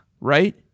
Right